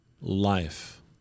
life